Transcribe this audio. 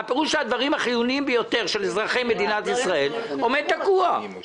הפירוש הוא שהדברים החיוניים ביותר של אזרחי מדינת ישראל עומדים תקועים.